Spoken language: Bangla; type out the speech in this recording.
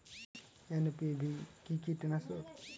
এন.পি.ভি কি কীটনাশক?